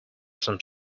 some